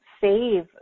save